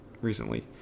recently